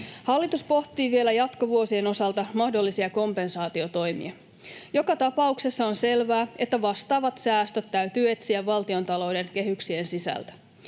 Hallitus pohtii vielä jatkovuosien osalta mahdollisia kompensaatiotoimia. Joka tapauksessa on selvää, että vastaavat säästöt täytyy etsiä valtiontalouden kehyksien sisältä.